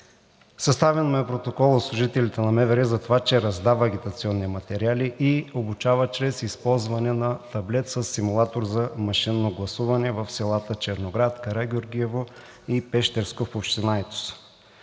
Съставен му е протокол от служителите на МВР за това, че раздава агитационни материали и обучава чрез използване на таблет със симулатор за машинно гласуване в селата Черноград, Карагеоргиево и Пещерско в община Айтос.